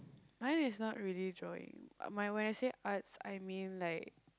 mine is not really drawing my when I say arts I mean like